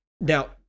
Now